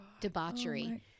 Debauchery